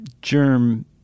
germ